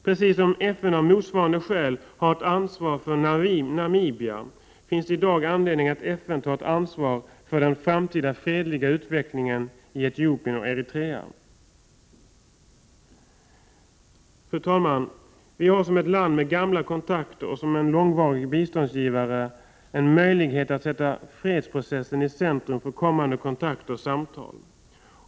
Precis som FN av motsvarande skäl har ett ansvar för Namibia, finns det i dag anledning att FN tar ett ansvar för den framtida fredliga utvecklingen i Etiopien och Eritrea. Fru talman! Sverige har som ett land med gamla kontakter och som en långvarig biståndsgivare en möjlighet att sätta fredsprocessen i centrum för kommande kontakter och samtal.